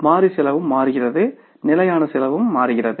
மாறி செலவும் மாறுகிறது நிலையான செலவும் மாறுகிறது